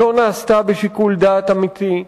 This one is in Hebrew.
שלא נעשתה בשיקול דעת אמיתי,